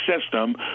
system